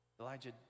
Elijah